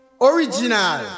original